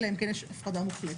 אלא אם כן יש הפרדה מוחלטת.